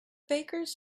bakers